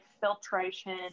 filtration